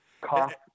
cough